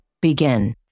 begin